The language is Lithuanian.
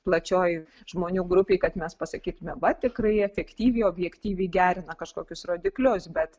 plačioj žmonių grupėj kad mes pasakytumėm va tikrai efektyviai objektyviai gerina kažkokius rodiklius bet